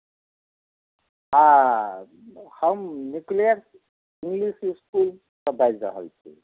हँ हम nucleus English इस्कुलसँ बाजि रहल छी